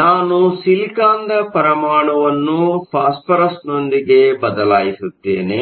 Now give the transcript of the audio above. ನಾನು ಸಿಲಿಕಾನ್ನ ಪರಮಾಣುವನ್ನು ಫಾಸ್ಫರಸ್ನೊಂದಿಗೆ ಬದಲಾಯಿಸುತ್ತೇನೆ